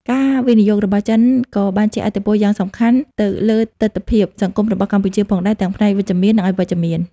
ការវិនិយោគរបស់ចិនក៏បានជះឥទ្ធិពលយ៉ាងសំខាន់ទៅលើទិដ្ឋភាពសង្គមរបស់កម្ពុជាផងដែរ ទាំងផ្នែកវិជ្ជមាន និងអវិជ្ជមាន។